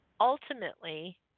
Ultimately